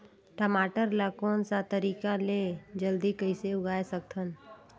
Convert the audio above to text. टमाटर ला कोन सा तरीका ले जल्दी कइसे उगाय सकथन?